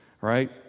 Right